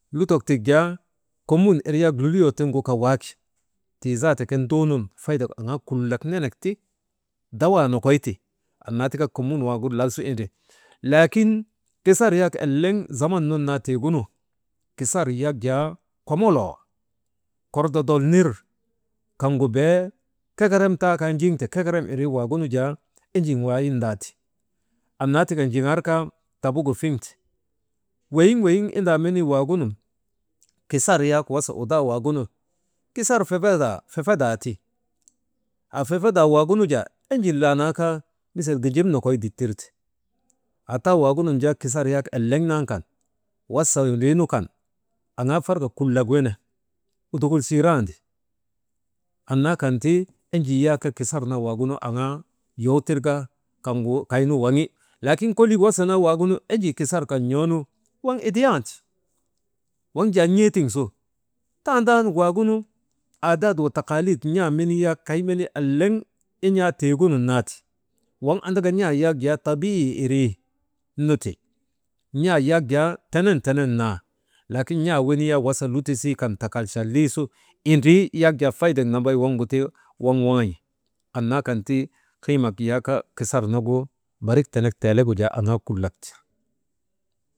Lutok tik jaa komun irii yak luluyoo tiŋgu kaa waaki, tii zaata nduunun aŋaa kulak menek ti dawaa nokoy ti annaa tika komun waagu lal su indrii. Laakin kisar yak eleŋ zaman nun naa tiigunu, kisar yak jaa komoloo, korndodol nir kaŋgu bee kekerem taa kaa jiŋte kekerem irii waagunu jaa enjin wayindaa ti, annaa tika njiŋar kaa tabugu fiŋ ti. Weyiŋ weyiŋ indaa menii waagun, kisar yak wasandaa waagunu kisar « hesitation » fefedaati, haa fefedaa waagunu jaa enjin laanaa kaa misil ginjim nokoy dittir ti, aa taa waagunun jaa kisar wak eleŋ naa kan wasa ndriinu kan aŋaa fargak kulak wene udukulchiiraandi, annaa kan ti enjii yak jaa kisar naa waŋgu aŋaa yow tirka kaynu waŋi. Laakin lolii wasa naa waagunu enjii kisar n̰oonu waŋ idiyaandi, waŋ jaa n̰eetiŋ su aasu tandan waagunu aadak wa takalik kaynu n̰a menii yak kay menii yak eleŋ in̰aa tiigunun naa ti, waŋ andaka n̰a yak jaa tabii irii nu ti, n̰aa yak jaa tenen laakin n̰aa wenii yak wasa lutusii kan takalcha, takalcha liisu indrii yak jaa faydak nambay waŋgu ta waŋ woŋan̰i. Annaa kan ti kiimak yak kisar nagu barik tenek teelegu jaa aŋaa kulak ti.